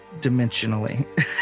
dimensionally